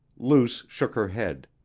luce shook her head.